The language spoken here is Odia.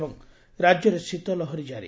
ଏବଂ ରାକ୍ୟରେ ଶୀତଲହରୀ କାରି